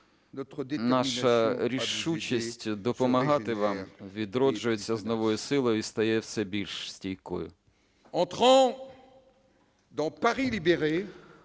наша рішучість допомагати вам відроджується з новою силою і стає все більш стійкою.